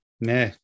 Nah